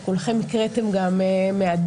כולכם גם הקראתם מהדף.